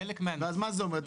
מה זה אומר?